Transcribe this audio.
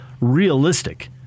realistic